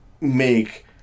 make